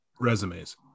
resumes